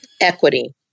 equity